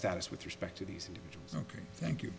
status with respect to these ok thank you